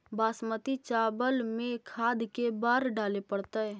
बासमती चावल में खाद के बार डाले पड़तै?